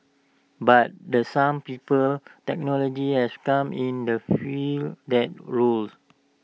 but the some people technology has come in the fill that roles